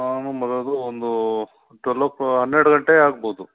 ನಾನು ಬರೋದು ಒಂದು ಟ್ವೆಲ್ ಓ ಹನ್ನೆರಡು ಗಂಟೆ ಆಗ್ಬೋದು